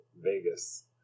Vegas